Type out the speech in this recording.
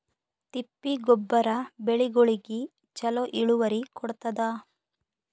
ತಿಪ್ಪಿ ಗೊಬ್ಬರ ಬೆಳಿಗೋಳಿಗಿ ಚಲೋ ಇಳುವರಿ ಕೊಡತಾದ?